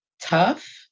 tough